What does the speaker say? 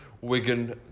Wigan